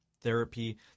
therapy